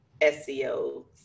seo